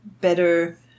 better